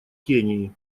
кении